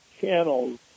channels